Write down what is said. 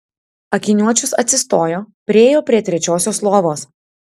akiniuočius atsistojo priėjo prie trečiosios lovos